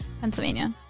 Pennsylvania